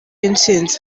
intsinzi